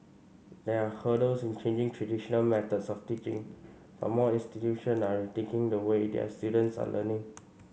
there are hurdles in changing traditional methods of teaching but more institution are rethinking the way their students are learning